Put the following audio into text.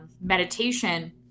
meditation